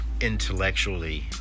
intellectually